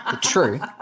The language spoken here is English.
True